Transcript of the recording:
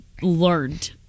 learned